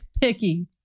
Picky